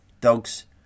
dogs